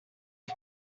des